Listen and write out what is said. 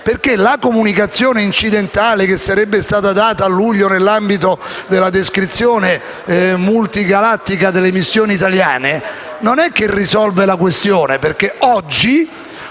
senso. La comunicazione incidentale che sarebbe stata data a luglio nell'ambito della descrizione multi galattica delle missioni italiane non risolve la questione. Oggi,